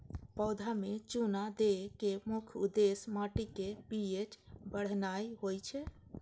पौधा मे चूना दै के मुख्य उद्देश्य माटिक पी.एच बढ़ेनाय होइ छै